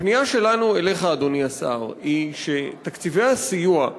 הפנייה שלנו אליך, אדוני השר, היא שתקציבי הסיוע,